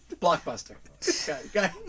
Blockbuster